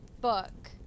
book